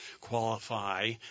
qualify